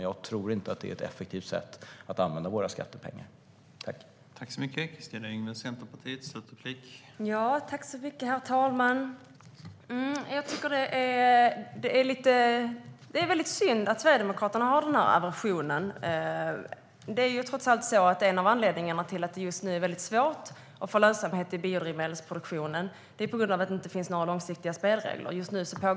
Jag tror inte att det är ett effektivt sätt att använda våra skattepengar på.